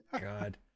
god